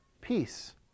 Peace